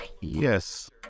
Yes